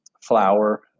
flour